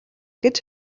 гэж